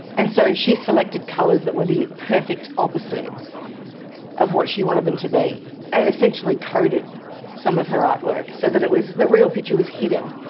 and so she selected colours that were the perfect opposite of what she wanted them to be and essentially coded some of her artwork so that it was, the real picture was hidden,